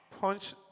Punch